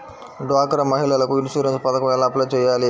డ్వాక్రా మహిళలకు ఇన్సూరెన్స్ పథకం ఎలా అప్లై చెయ్యాలి?